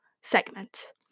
segment